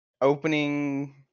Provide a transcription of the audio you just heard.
opening